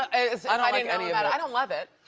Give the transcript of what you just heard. i mean any of it i don't love it.